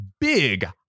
big